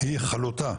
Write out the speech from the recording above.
היא חלוטה.